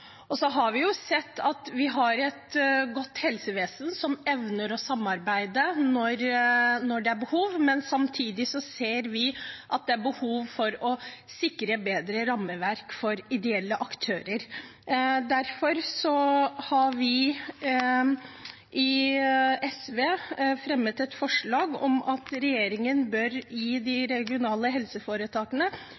Vi har sett at vi har et godt helsevesen som evner å samarbeide når det er behov, men samtidig ser vi at det er behov for å sikre bedre rammeverk for ideelle aktører. Derfor har vi i SV fremmet et forslag om at regjeringen bør gi de regionale helseforetakene i oppdrag å lage et rammeverk for kostnadskompensasjon for ideelle aktører, for de